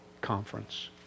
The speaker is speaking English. conference